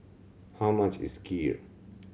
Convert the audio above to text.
how much is Kheer